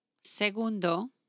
segundo